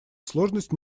сложность